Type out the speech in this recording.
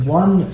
one